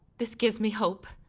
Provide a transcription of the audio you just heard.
this gives me hope.